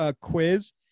quiz